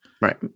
right